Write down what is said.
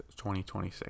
2026